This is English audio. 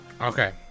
Okay